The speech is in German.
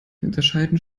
unterscheiden